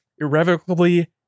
irrevocably